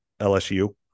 LSU